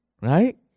Right